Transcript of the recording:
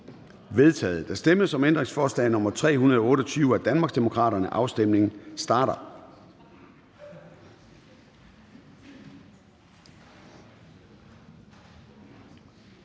vedtaget. Der stemmes om ændringsforslag nr. 328 af Danmarksdemokraterne. Afstemningen starter.